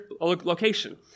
location